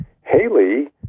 Haley